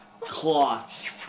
clots